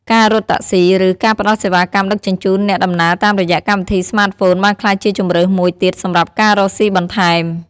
ការរត់តាក់ស៊ី ឬ ការផ្តល់សេវាកម្មដឹកជញ្ជូនអ្នកដំណើរតាមរយៈកម្មវិធីស្មាតហ្វូនបានក្លាយជាជម្រើសមួយទៀតសម្រាប់ការរកស៊ីបន្ថែម។